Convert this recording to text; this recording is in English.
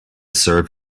serve